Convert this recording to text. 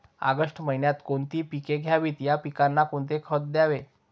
August महिन्यात कोणती पिके घ्यावीत? या पिकांना कोणते खत द्यावे?